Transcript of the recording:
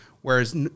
Whereas